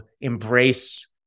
embrace